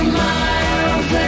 miles